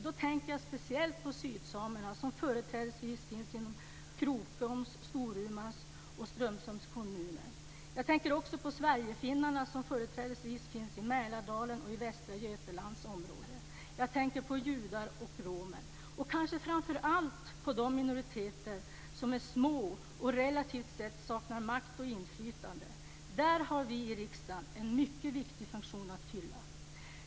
Då tänker jag speciellt på sydsamerna, som företrädesvis finns i Krokoms, Storumans och Strömsunds kommuner. Jag tänker också på sverigefinnarna, som företrädesvis finns i Mälardalen och i västra Götaland. Jag tänker vidare på judar och romer och kanske framför allt på de minoriteter som är små och som relativt sett saknar makt och inflytande. Där har vi i riksdagen en mycket viktig funktion att fylla.